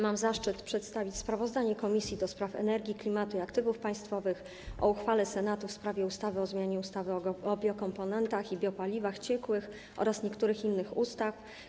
Mam zaszczyt przedstawić sprawozdanie Komisji do Spraw Energii, Klimatu i Aktywów Państwowych o uchwale Senatu w sprawie ustawy o zmianie ustawy o biokomponentach i biopaliwach ciekłych oraz niektórych innych ustaw.